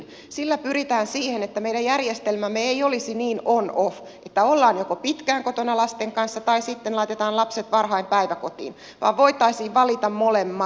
sillä pyritään siihen että meidän järjestelmämme ei olisi niin onoff että joko ollaan pitkään kotona lasten kanssa tai sitten laitetaan lapset varhain päiväkotiin vaan voitaisiin valita molemmat